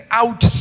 out